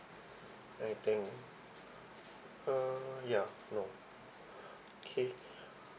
I think uh ya no okay